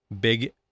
big